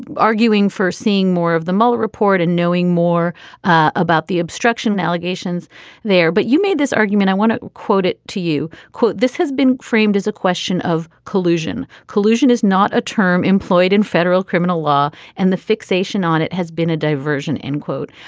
arguing for seeing more of the muller report and knowing more about the obstruction allegations there. but you made this argument i want to quote it to you quote this has been framed as a question of collusion collusion is not a term employed in federal criminal law and the fixation on it has been a diversion. end quote.